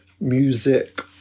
music